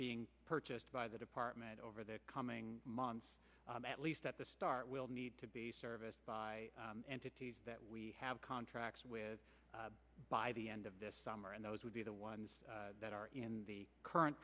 being purchased by the department over the coming months at least at the start will need to be serviced by entities that we have contracts with by the end of this summer and those would be the ones that are in the current